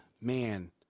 man